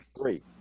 Three